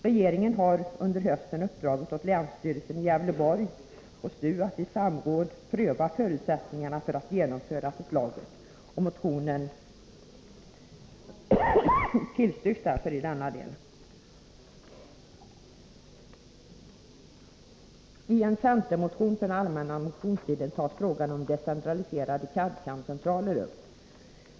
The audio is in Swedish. Regeringen har under hösten uppdragit åt länsstyrelsen i Gävleborgs län och STU att i samråd pröva förutsättningarna för att genomföra förslaget. Motionen tillstyrks därför i denna del. I en centermotion från allmänna motionstiden tas frågan om decentraliserade CAD/CAM-centraler upp.